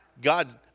God